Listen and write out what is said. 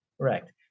Correct